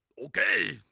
okay,